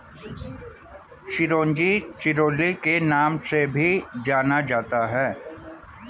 चिरोंजी चिरोली के नाम से भी जाना जाता है